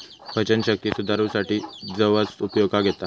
पचनशक्ती सुधारूसाठी जवस उपयोगाक येता